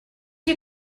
you